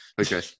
okay